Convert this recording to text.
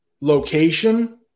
location